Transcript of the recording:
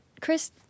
chris